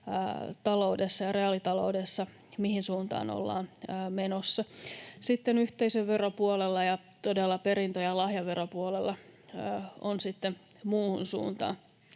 taloudessa ja reaalitaloudessa ollaan menossa. Sitten yhteisöveropuolella ja todella perintö- ja lahjaveropuolella on toista suuntaa.